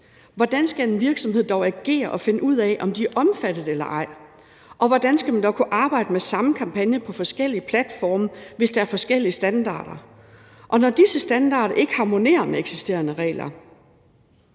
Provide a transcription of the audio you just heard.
Hvordan skal virksomheder dog agere og finde ud af, om de er omfattet eller ej? Og hvordan skal man dog kunne arbejde med samme kampagne på forskellige platforme, hvis der er forskellige standarder, og når disse standarder ikke harmonerer med eksisterende regler?